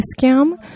Scam